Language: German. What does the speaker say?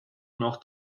noch